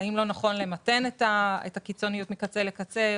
האם לא נכון למתן את הקיצוניות מקצה לקצה,